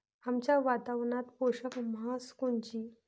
आमच्या वातावरनात पोषक म्हस कोनची?